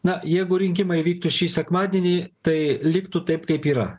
na jeigu rinkimai vyktų šį sekmadienį tai liktų taip kaip yra